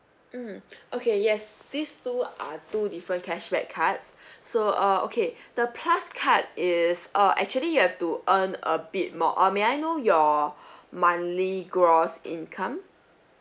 mm okay yes these two are two different cashback cards so err okay the plus card is uh actually you have to earn a bit more oh may I know your monthly gross income